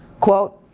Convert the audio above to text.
quote,